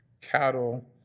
cattle